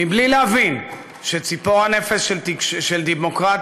בלי להבין שציפור הנפש של דמוקרטיה